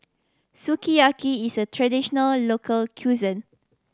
sukiyaki is a traditional local cuisine